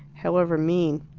however mean.